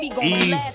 Eve